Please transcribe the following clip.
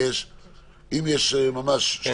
ניתן עכשיו רשות דיבור של שני משפטים